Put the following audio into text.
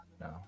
No